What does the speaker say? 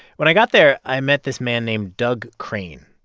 when i got there, i met this man named doug crane.